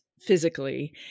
physically